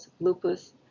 lupus